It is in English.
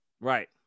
Right